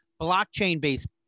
blockchain-based